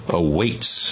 awaits